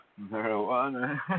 marijuana